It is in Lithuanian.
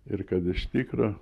ir kad iš tikro